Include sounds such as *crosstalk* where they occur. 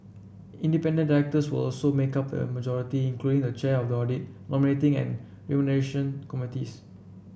independent directors will also make up the majority including the chair of the audit nominating and *unintelligible* committees